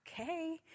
okay